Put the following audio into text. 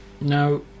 Now